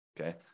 okay